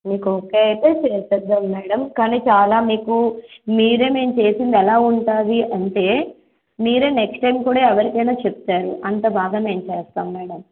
మీకు ఓకే అయితే చేద్దాం మేడం కానీ చాలా మీకు మీరే మేము చేసింది ఎలా ఉంటుంది అంటే మీరే నెక్స్ టైం కూడా ఎవరికైనా చెప్తారు అంత బాగా మేము చేస్తాము మేడం